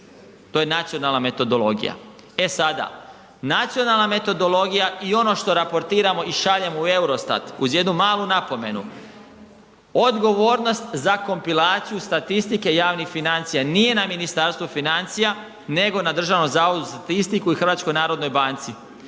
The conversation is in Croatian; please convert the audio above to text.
to je nacionalna metodologija. E sada, nacionalna metodologija i ono što raportiramo i šaljemo u EUROSTAT uz jednu malu napomenu, odgovornost za kompilaciju statistike javnih financija nije na Ministarstvu financija nego na DZS-u i HNB-u. Mi smo samo oni